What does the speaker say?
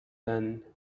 then